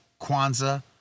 Kwanzaa